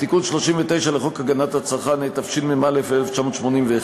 בתיקון 39 לחוק הגנת הצרכן, התשמ"א 1981,